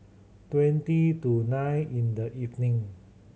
twenty to nine in the evening